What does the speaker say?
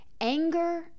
Anger